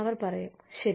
അവർ പറയും ശരി